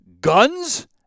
guns